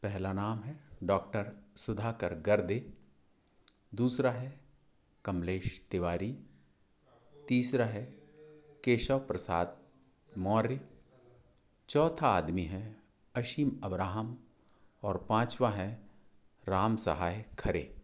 पहला नाम है डॉक्टर सुधाकर गर्दे दूसरा है कमलेश तिवारी तीसरा है केशव प्रसाद मोर्य चौथा आदमी है अशीम अबराहम और पाँचवा है राम सहाय खरे